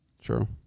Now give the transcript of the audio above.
True